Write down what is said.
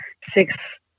six